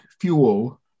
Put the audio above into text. fuel